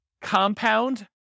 Compound